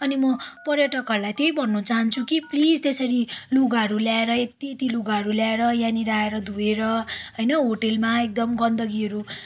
अनि म पर्यटकहरूलाई त्यही भन्न चाहन्छु कि प्लिज त्यसरी लुगाहरू ल्याएर यत्ति यत्ति लुगाहरू ल्याएर यहाँनिर आएर धोएर होइन होटलमा एकदम गन्दगीहरू